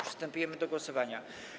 Przystępujemy do głosowania.